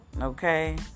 okay